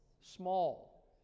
small